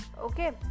Okay